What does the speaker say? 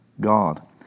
God